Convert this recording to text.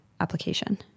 application